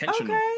Okay